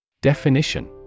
Definition